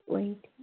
वही ठीक